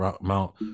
Mount